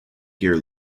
gear